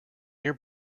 your